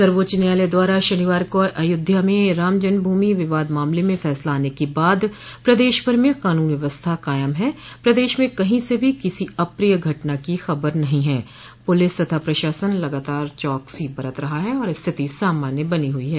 सर्वोच्च न्यायालय द्वारा शनिवार को अयोध्या में रामजन्म भूमि विवाद मामले में फैसला आने के बाद प्रदेश भर में कानून व्यवस्था कायम है प्रदेश में कही से भी किसी अप्रिय घटना की खबर नही है पुलिस तथा प्रशासन लगातार चौकसी बरत रहा है और स्थिति सामान्य बनी हुई है